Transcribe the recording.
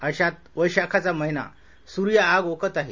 अशात वैशाखाचा महिना सूर्य आग ओकत आहे